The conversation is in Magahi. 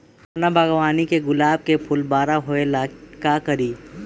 हम अपना बागवानी के गुलाब के फूल बारा होय ला का करी?